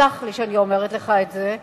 וסלח לי שאני אומרת לך את זה.